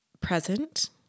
present